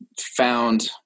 found